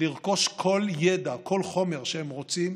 לרכוש כל ידע, כל חומר שהם רוצים,